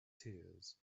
tears